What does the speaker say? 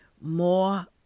more